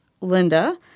Linda